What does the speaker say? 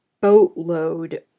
boatload